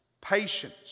patience